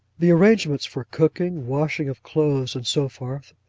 the arrangements for cooking, washing of clothes, and so forth,